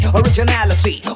originality